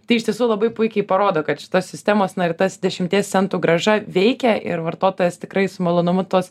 tai iš tiesų labai puikiai parodo kad šitos sistemos na ir tas dešimties centų grąža veikia ir vartotojas tikrai su malonumu tuos